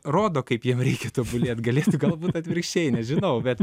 rodo kaip jiem reikia tobulėt galėtų galbūt atvirkščiai nežinau bet